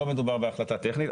לא מדובר בהחלטה טכנית.